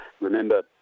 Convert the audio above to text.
Remember